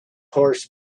horse